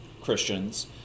Christians